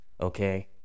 Okay